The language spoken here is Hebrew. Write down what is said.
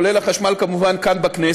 כולל כמובן החשמל כאן בכנסת,